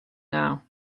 now